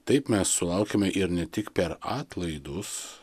taip mes sulaukiame ir ne tik per atlaidus